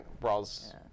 Brawl's